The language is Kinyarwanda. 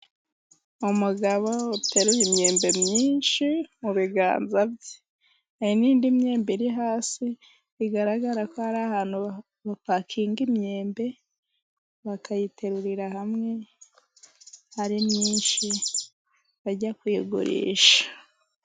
Umugabo ateruye imyembe myinshi, mu biganza bye, hari n'indi myembe iri hasi, bigaragara ko ari ahantu bapakingira imyembe, bakayiterurira hamwe ari myinshi, bajya kuyigurisha.